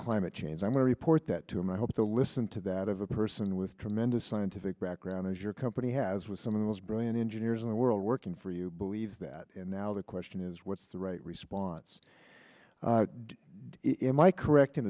climate change i'm going to report that to him i hope to listen to that of a person with tremendous scientific background as your company has with some of the most brilliant engineers in the world working for you believe that and now the question is what's the right response if my correct in